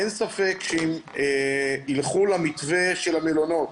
אין ספק שאם יילכו למתווה של המלונות,